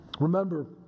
Remember